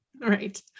Right